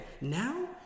Now